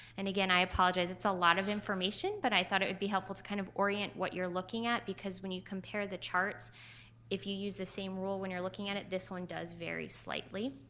and again, i apologize. it's a lot of information but i thought it would be helpful to kind of orient what you're looking at because when you compare the charts if you use the same rule when you're looking at it this one does vary slightly.